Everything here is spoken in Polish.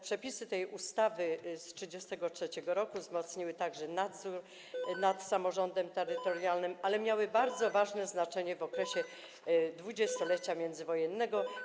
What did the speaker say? Przepisy tej ustawy z 1933 r. wzmocniły także nadzór nad samorządem terytorialnym, ale miały bardzo duże znaczenie w okresie dwudziestolecia międzywojennego.